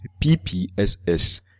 P-P-S-S